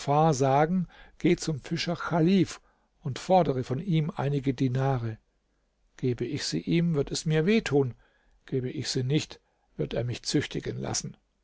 sagen geh zum fischer chalif und fordere von ihm einige dinare gebe ich sie ihm wird es mir weh tun gebe ich sie nicht wird er mich züchtigen lassen